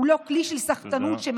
הוא לא כלי של סחטנות, תודה רבה.